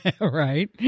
Right